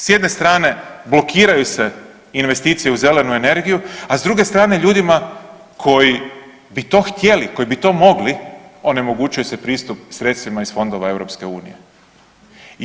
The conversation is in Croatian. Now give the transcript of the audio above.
S jedne strane blokiraju se investicije u zelenu energiju, a s druge strane ljudima koji bi to htjeli, koji bi to mogli onemogućuje se pristup sredstvima iz fondova iz EU.